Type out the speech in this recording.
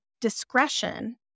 discretion